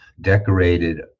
decorated